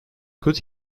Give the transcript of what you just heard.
could